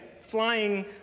flying